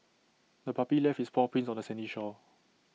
the puppy left its paw prints on the sandy shore